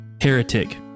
heretic